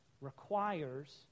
requires